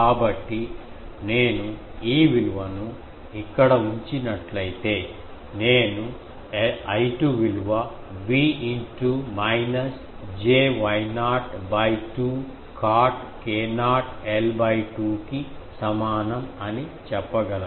కాబట్టి నేను ఈ విలువను ఇక్కడ ఉంచినట్లయితే నేను I2 విలువ V in two minus j Y0 2 cot k0 l 2 కి సమానం అని చెప్పగలను